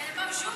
מאוג'ודה,